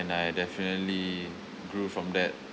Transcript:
and I definitely grew from that